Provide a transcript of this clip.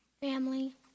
Family